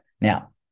Now